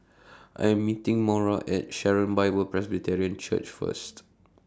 I Am meeting Maura At Sharon Bible Presbyterian Church First